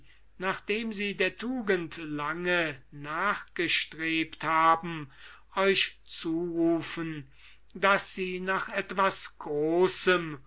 nachdem sie der tugend lange nachgestrebt haben euch zurufen daß sie nach etwas großem